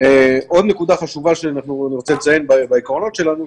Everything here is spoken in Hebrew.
עוד נקודה חשובה שאני רוצה לציין בעקרונות שלנו,